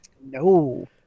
No